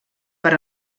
per